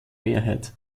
mehrheit